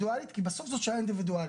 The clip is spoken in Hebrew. אינדיבידואלית, כי בסוף זאת שעה אינדיבידואלית.